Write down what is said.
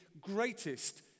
greatest